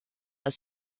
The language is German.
als